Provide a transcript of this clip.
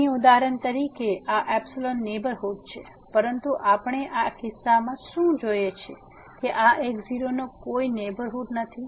તેથી અહીં ઉદાહરણ તરીકે આ ϵ નેહબરહુડ છે પરંતુ આપણે આ કિસ્સામાં શું જોયે છે કે આ x0 નો કોઈ નેહબરહુડ નથી